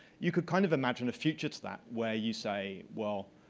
you could kind of imagine a future to that where you say, well,